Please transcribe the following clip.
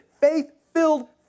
faith-filled